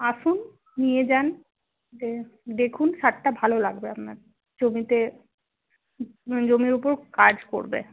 আসুন নিয়ে যান দেখুন সারটা ভালো লাগবে আপনার জমিতে জমির উপর কাজ করবে